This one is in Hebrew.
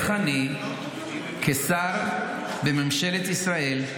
כשר בממשלת ישראל,